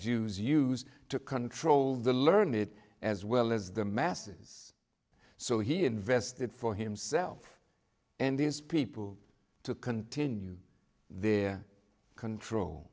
jews use to control the learned as well as the masses so he invested for himself and these people to continue their control